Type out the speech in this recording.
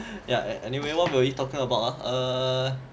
ya anyway what were we talking about ah err